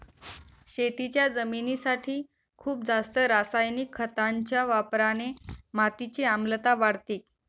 शेतीच्या जमिनीसाठी खूप जास्त रासायनिक खतांच्या वापराने मातीची आम्लता वाढते